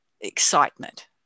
excitement